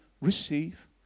receive